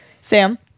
Sam